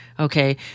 Okay